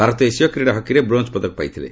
ଭାରତ ଏସୀୟ କ୍ରୀଡ଼ା ହକିରେ ବ୍ରୋଞ୍ଜ୍ ପଦକ ପାଇଥିଲେ